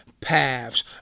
paths